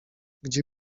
gdzie